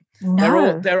No